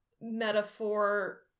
metaphor